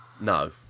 No